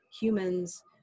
humans